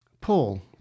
Paul